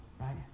Right